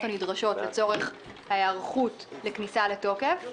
הנדרשות לצורך ההיערכות לכניסה לתוקף.